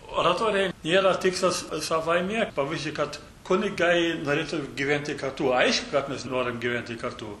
oratorija nėra tikslas savaime pavyzdžiui kad kunigai norėtų gyventi kartu aišku mes norim gyventi kartu